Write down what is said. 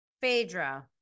Phaedra